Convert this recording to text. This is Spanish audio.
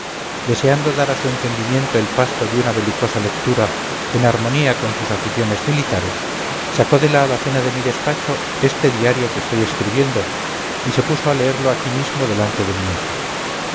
deseando dar a su entendimiento el pasto de una belicosa lectura en armonía con sus aficiones militares sacó de la alacena de mi despacho este diario que estoy escribiendo y se puso a leerlo aquí mismo delante de mi hija